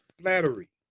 flattery